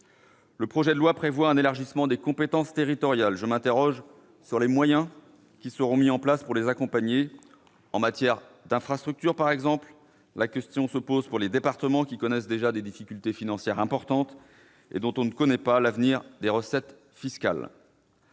Le projet de loi prévoit un élargissement des compétences territoriales. Je m'interroge sur les moyens qui seront mis en place pour accompagner cet élargissement. En matière d'infrastructures par exemple, la question se pose pour les départements, qui connaissent déjà des difficultés financières importantes, et dont on ne connaît pas l'avenir des recettes fiscales.